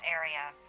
area